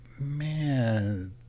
man